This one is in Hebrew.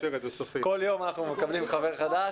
כל יום אנחנו מקבלים חבר חדש.